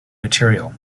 material